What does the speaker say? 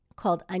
called